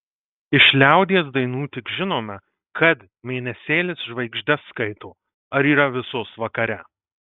iš liaudies dainų tik žinome kad mėnesėlis žvaigždes skaito ar yra visos vakare